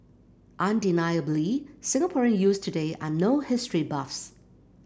undeniably Singaporean youths today are no history buffs